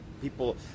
People